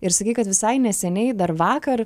ir sakei kad visai neseniai dar vakar